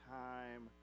time